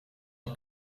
een